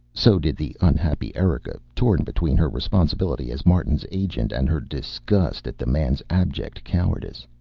so did the unhappy erika, torn between her responsibility as martin's agent and her disgust at the man's abject cowardice.